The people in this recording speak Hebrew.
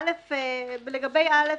10:58) לגבי (א),